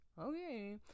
Okay